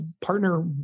partner